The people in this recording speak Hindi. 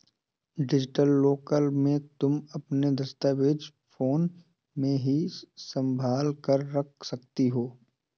डिजिटल लॉकर में तुम अपने दस्तावेज फोन में ही संभाल कर रख सकती हो